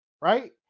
right